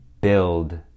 build